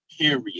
Period